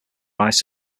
rise